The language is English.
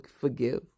forgive